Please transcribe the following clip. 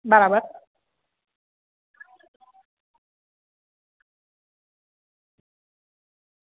બરાબર